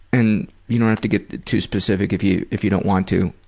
and you don't have to get too specific if you if you don't want to,